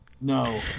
No